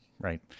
Right